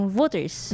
voters